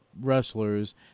wrestlers